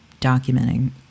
documenting